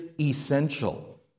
essential